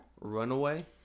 Runaway